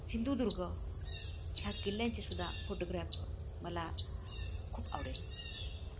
सिंधुदुर्ग ह्या किल्ल्यांचेसुदा फोटोग्रॅफ मला खूप आवडेल